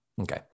Okay